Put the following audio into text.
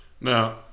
Now